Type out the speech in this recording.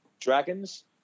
Dragons